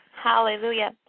Hallelujah